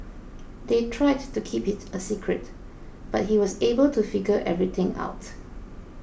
they tried to keep it a secret but he was able to figure everything out